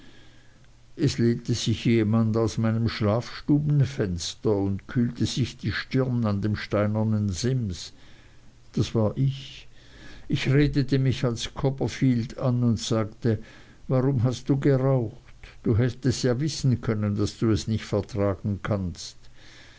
es lehnte sich jemand aus meinem schlafstubenfenster und kühlte sich die stirn an dem steinernen sims das war ich ich redete mich als copperfield an und sagte warum hast du geraucht du hättest ja wissen können daß du es nicht vertragen kannst